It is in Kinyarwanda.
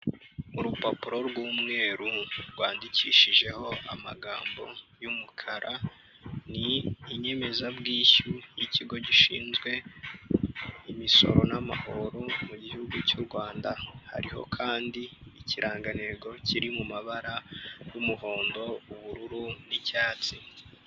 Urupapuro rw'umweru rwandikishijeho amagambo y'umukara, ni inyemezabwishyu y'ikigo gishinzwe imisoro n'amahoro mu gihugu cy'u Rwanda. Hariho kandi ikirangantego kiri mu mabara y'umuhondo, ubururu n'icyatsi.